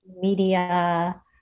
Media